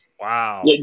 Wow